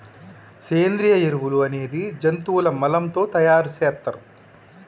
సేంద్రియ ఎరువులు అనేది జంతువుల మలం తో తయార్ సేత్తర్